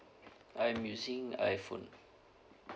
I'm using iphone